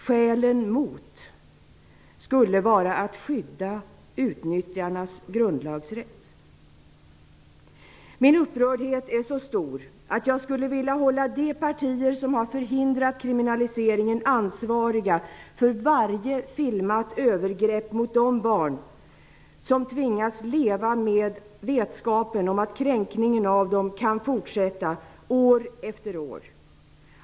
Skälen som talar mot en kriminalisering skulle vara att skydda utnyttjarnas grundlagsrätt. Min upprördhet är så stor att jag skulle vilja hålla de partier som har förhidrat en kriminalisering ansvariga för varje filmat övergrepp mot de barn som tvingas leva med vetskapen om att kränkningen av dem kan fortsätta år efter år.